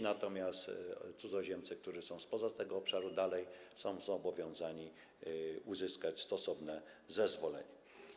Natomiast ci cudzoziemcy, którzy są spoza tego obszaru, dalej są zobowiązani uzyskać stosowne zezwolenie.